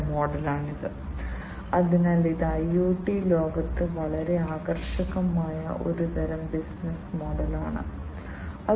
ഈ പേര് സൂചിപ്പിക്കുന്നത് പോലെ അവർക്ക് ഇലക്ട്രിക് ഹൈഡ്രോളിക് ആക്യുവേറ്ററുകളുടെ ചില സംയോജിത ഗുണങ്ങളുണ്ട്